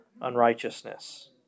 unrighteousness